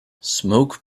smoke